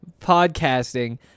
podcasting